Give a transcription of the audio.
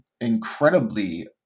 incredibly